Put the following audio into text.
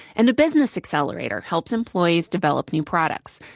and a business accelerator helps employees develop new products.